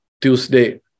Tuesday